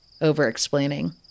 over-explaining